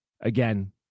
Again